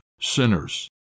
sinners